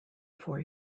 for